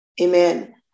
Amen